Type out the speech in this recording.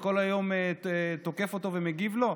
שכל היום תוקף אותו ומגיב לו,